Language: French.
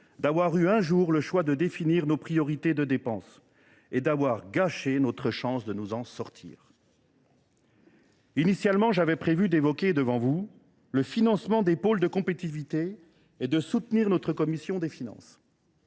d’avoir eu un jour le choix de définir nos priorités de dépenses et d’avoir gâché notre chance de nous en sortir. Initialement, j’avais prévu d’évoquer devant vous le financement des pôles de compétitivité et de soutenir notre commission des finances.